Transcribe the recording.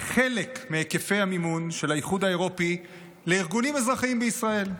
חלק מהיקפי המימון של האיחוד האירופי לארגונים אזרחיים בישראל.